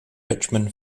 richmond